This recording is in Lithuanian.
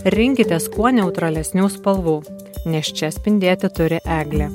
rinkitės kuo neutralesnių spalvų nes čia spindėti turi eglė